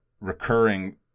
recurring